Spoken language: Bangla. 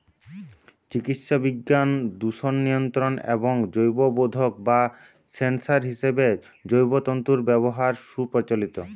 চিকিৎসাবিজ্ঞান, দূষণ নিয়ন্ত্রণ এবং জৈববোধক বা সেন্সর হিসেবে জৈব তন্তুর ব্যবহার সুপ্রচলিত